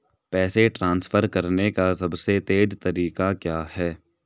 पैसे ट्रांसफर करने का सबसे तेज़ तरीका क्या है?